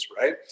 right